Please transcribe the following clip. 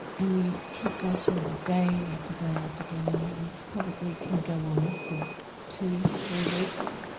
and you keep watching them, day after day after day, and this probably can go on for two, three weeks.